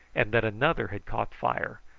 and that another had caught fire,